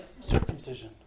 circumcision